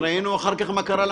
לך נראה הגיוני הדבר הזה?